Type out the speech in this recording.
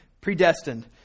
predestined